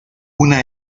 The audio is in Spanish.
una